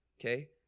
Okay